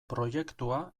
proiektua